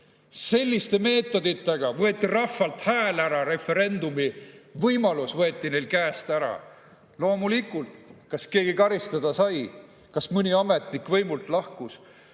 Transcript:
Selliste meetoditega võeti rahvalt hääl ära ja referendumi võimalus neil käest ära. Loomulikult, kas keegi sai karistada, kas mõni ametnik lahkus